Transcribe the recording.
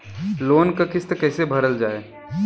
Loan क किस्त कैसे भरल जाए?